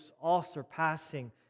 all-surpassing